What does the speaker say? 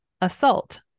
assault